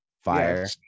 fire